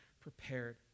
prepared